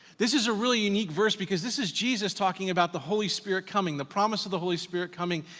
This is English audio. this is a really unique verse because this is jesus talking about the holy spirit coming, the promise of the holy spirit coming.